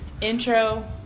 intro